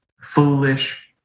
foolish